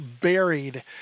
Buried